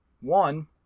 one